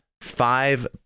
five